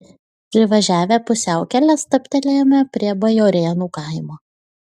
privažiavę pusiaukelę stabtelėjome prie bajorėnų kaimo